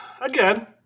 again